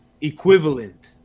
equivalent